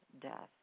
death